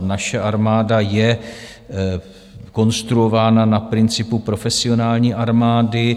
Naše armáda je konstruována na principu profesionální armády.